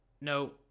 ...no